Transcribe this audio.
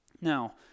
Now